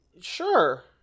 Sure